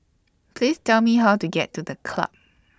Please Tell Me How to get to The Club